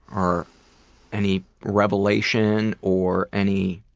or any revelation? or any